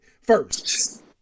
First